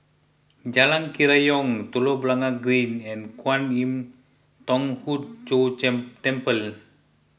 Jalan Kerayong Telok Blangah Green and Kwan Im Thong Hood Cho Temple